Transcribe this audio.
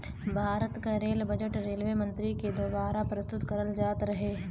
भारत क rail budget railway मंत्री के दवारा प्रस्तुत करल जात रहे